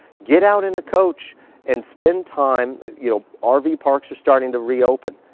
get out in a coach and spend time. you know um rv parks are starting to reopen.